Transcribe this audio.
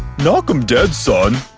knock em dead, son!